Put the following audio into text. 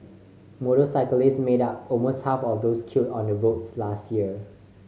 motorcyclists made up almost half of those killed on the roads last year